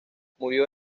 murió